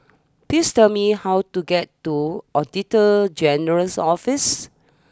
please tell me how to get to Auditor General's Office